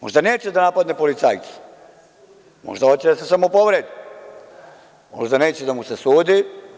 Možda neće da napadne policajca, možda hoće da se samopovredi, možda neće da mu se sudi.